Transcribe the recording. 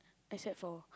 except for